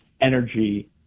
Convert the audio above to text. energy